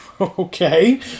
Okay